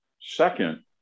Second